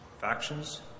factions